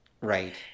Right